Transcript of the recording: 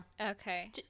Okay